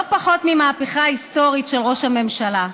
לא פחות ממהפכה היסטורית של ראש הממשלה.